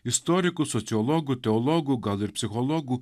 istorikų sociologų teologų gal ir psichologų